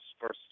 first